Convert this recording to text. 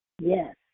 Yes